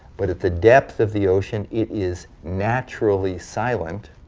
but at the depth of the ocean it is naturally silent,